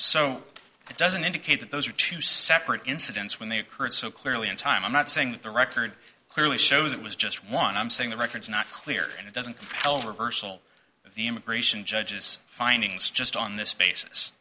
so it doesn't indicate that those are two separate incidents when they occurred so clearly in time i'm not saying that the record clearly shows it was just one i'm saying the records not clear and it doesn't tell reversal the immigration judges findings just on this basis